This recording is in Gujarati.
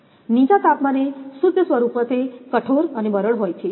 નીચા તાપમાને શુદ્ધ સ્વરૂપમાં તે કઠોર અને બરડ હોય છે